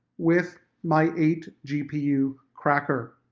with my eight gpu cracker.